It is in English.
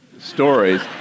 stories